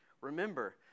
Remember